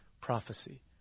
prophecy